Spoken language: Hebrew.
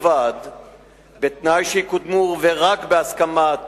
בתנאי שיקודמו רק בהסכמת